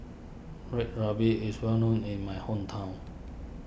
Red Ruby is well known in my hometown